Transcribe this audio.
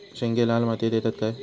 शेंगे लाल मातीयेत येतत काय?